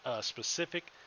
specific